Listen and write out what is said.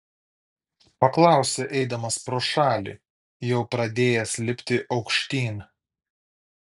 paklausė eidamas pro šalį jau pradėjęs lipti aukštyn